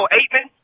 Aitman